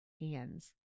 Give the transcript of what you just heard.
hands